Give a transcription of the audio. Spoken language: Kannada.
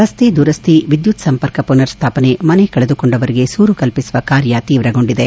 ರಸ್ತೆ ದುರಸ್ತಿ ವಿದ್ಯುತ್ ಸಂಪರ್ಕ ಪುನರ್ ಸ್ಥಾಪನೆ ಮನೆ ಕಳೆದುಕೊಂಡವರಿಗೆ ಸೂರು ಕಲ್ಪಿಸುವ ಕಾರ್ಯ ತೀವ್ರಗೊಂಡಿದೆ